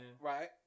right